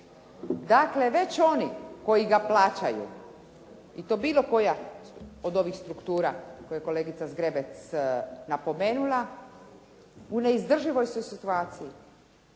Dakle, već oni koji ga plaćaju i to bilo koja od ovih struktura koje je kolegica Zgrebec napomenula u neizdrživoj su situaciji.